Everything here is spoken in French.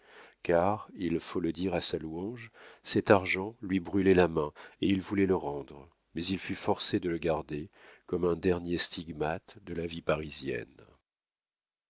car il faut le dire à sa louange cet argent lui brûlait la main et il voulait le rendre mais il fut forcé de le garder comme un dernier stigmate de la vie parisienne